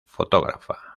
fotógrafa